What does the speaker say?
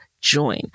join